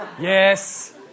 Yes